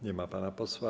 Nie ma pana posła.